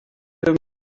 him